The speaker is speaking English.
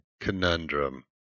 conundrum